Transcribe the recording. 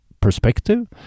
perspective